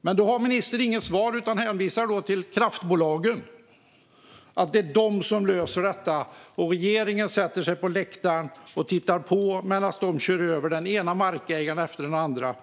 Men ministern har inget svar utan hänvisar till kraftbolagen, till att det är de som löser detta. Regeringen sätter sig på läktaren och tittar på medan de kör över den ena markägaren efter den andra.